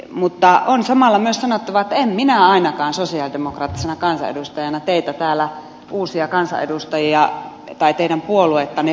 mutta on samalla myös sanottava että en minä ainakaan sosialidemokraattisena kansanedustajana teitä täällä uusia kansanedustajia tai teidän puoluettanne pelkää